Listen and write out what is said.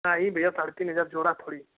नहीं भैया साढ़े तीन हज़ार जोड़ा थोड़ी